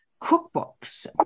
cookbooks